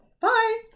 Bye